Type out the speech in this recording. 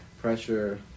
pressure